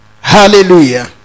Hallelujah